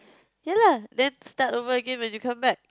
ya lah then start over again when you come back